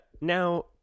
now